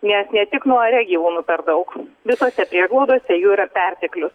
nes ne tik nuare gyvūnų per daug visose prieglaudose jų yra perteklius